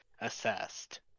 assessed